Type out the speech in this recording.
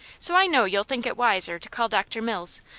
so i know you'll think it wiser to call dr. mills,